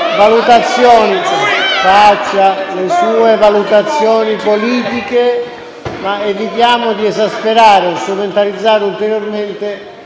M5S).* Faccia le sue valutazioni politiche, ma evitiamo di esasperare e strumentalizzare ulteriormente